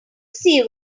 see